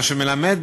מה שמלמד,